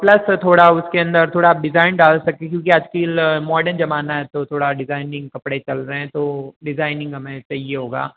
plus थोड़ा उसके अंदर थोड़ा डिजाइन डाल सकते क्योंकि आजकल मॉडर्न जमाना है तो थोड़ा डिजाइनिंग कपड़े चल रहें तो डिजाइनिंग हमें चाहिए होगा